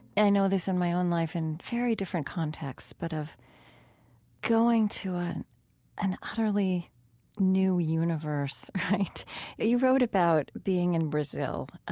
i know this in my own life in very different contexts, but of going to an utterly new universe you wrote about being in brazil, ah